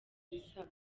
ibisabwa